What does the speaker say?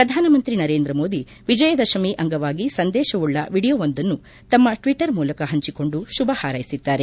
ಪ್ರಧಾನಮಂತ್ರಿ ನರೇಂದ್ರ ಮೋದಿ ವಿಜಯದಶಮಿ ಅಂಗವಾಗಿ ಸಂದೇಶವುಳ್ಳ ವಿಡಿಯೋವೊಂದನ್ನು ತಮ್ಮ ಟ್ವಿಟರ್ ಮೂಲಕ ಹಂಚಿಕೊಂಡು ಶುಭ ಹಾರೈಸಿದ್ದಾರೆ